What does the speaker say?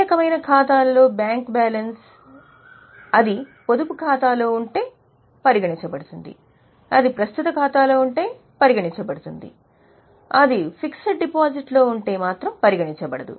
ఏ రకమైన ఖాతాలలో bank balance అది పొదుపు ఖాతాలో ఉంటే అవును ఇది ప్రస్తుత ఖాతాలో ఉంటే అవును అది ఫిక్స్డ్ డిపాజిట్లో ఉంటే లేదు